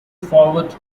forward